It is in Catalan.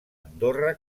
andorra